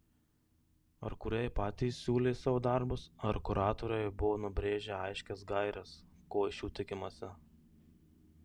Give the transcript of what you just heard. ar kūrėjai patys siūlė savo darbus ar kuratoriai buvo nubrėžę aiškias gaires ko iš jų tikimasi